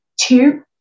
Two